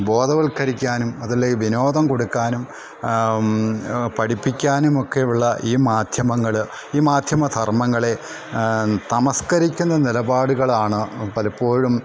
ബോധവൽക്കരിക്കാനും അതല്ലേൽ വിനോദം കൊടുക്കാനും പഠിപ്പിക്കാനുമൊക്കെയുള്ള ഈ മാധ്യമങ്ങൾ ഈ മാധ്യമ ധർമ്മങ്ങളെ തമസ്കരിക്കുന്ന നിലപാടുകളാണ് പലപ്പോഴും